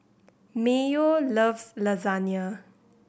Mayo loves Lasagna